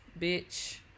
Bitch